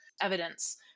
evidence